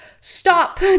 stop